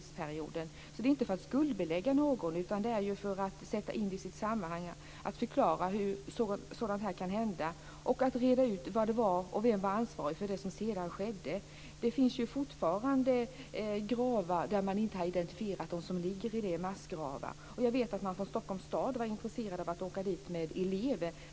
Så det handlar inte om att skuldbelägga någon utan att sätta in detta i sitt sammanhang och förklara hur något sådant kan hända och reda ut det och vem som var ansvarig för det som sedan skedde. Det finns ju fortfarande oidentifierade människor i massgravar. Jag vet att man från Stockholms stad var intresserad av att åka dit med elever.